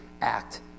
act